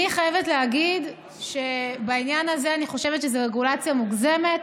אני חייבת להגיד שבעניין הזה אני חושבת שזו רגולציה מוגזמת.